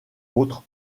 autres